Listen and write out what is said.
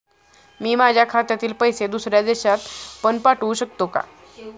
मी माझ्या खात्यातील पैसे दुसऱ्या देशात पण पाठवू शकतो का?